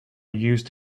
used